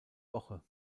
woche